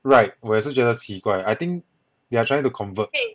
right 我也是觉得奇怪 I think they are trying to convert